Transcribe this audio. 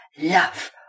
love